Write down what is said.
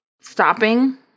stopping